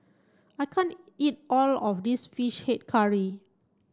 I can't eat all of this fish head curry